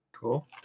cool